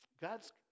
God's